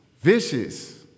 vicious